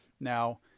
Now